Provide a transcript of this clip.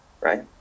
right